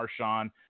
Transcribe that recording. Marshawn